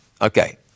Okay